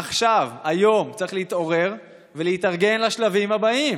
עכשיו, היום, צריך להתעורר ולהתארגן לשלבים הבאים.